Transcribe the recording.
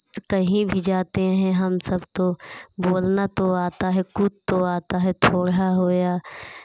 कहीं भी जाते हैं हम सब तो बोलना तो आता है कुछ तो आता है थोड़ा हो या